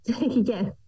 Yes